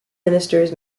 ministers